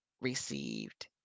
received